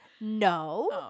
No